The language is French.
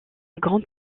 grande